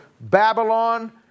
Babylon